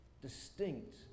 distinct